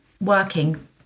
working